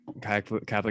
Catholic